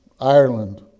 Ireland